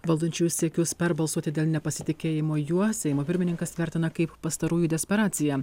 valdančiųjų siekius perbalsuoti dėl nepasitikėjimo juo seimo pirmininkas vertina kaip pastarųjų desperaciją